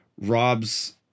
Rob's